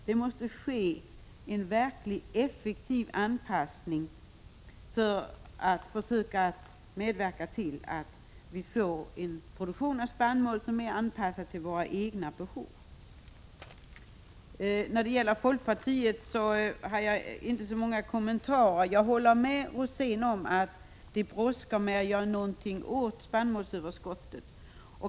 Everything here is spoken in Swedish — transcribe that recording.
Det måste ske en verkligt effektiv anpassning för att man skall försöka medverka till en produktion av spannmål som är anpassad till våra egna behov. När det gäller folkpartiets synpunkter har jag inte så många kommentarer. Jag håller med Rosén om att det brådskar med att göra någonting åt spannmålsöverskottet.